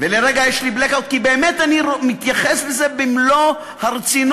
ולרגע יש לי בלק-אאוט כי באמת אני מתייחס לזה במלוא הרצינות,